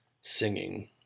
singing